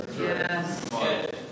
Yes